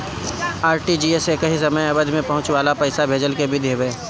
RTGS एकही समय अवधि में पहुंचे वाला पईसा भेजला के विधि हवे